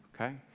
okay